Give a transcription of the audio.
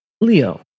Leo